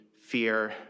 fear